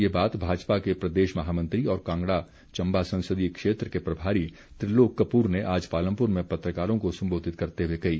ये बात भाजपा के प्रदेश महामंत्री और कांगड़ा चंबा संसदीय क्षेत्र के प्रभारी त्रिलोक कपूर ने आज पालमपुर में पत्रकारों को संबोधित करते हुए कही